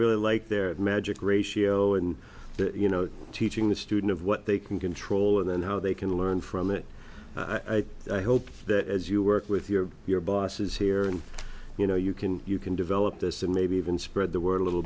really like their magic ratio and you know teaching the student of what they can control and how they can learn from it so i hope that as you work with your your bosses here and you know you can you can develop this and maybe even spread the word a little